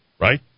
right